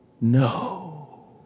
No